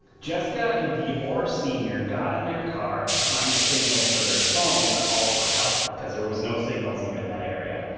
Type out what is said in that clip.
jessica and deorr sr. got in their car to find a signal for their phone to call for help, because there was no signals near that area.